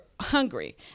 hungry